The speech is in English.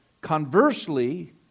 Conversely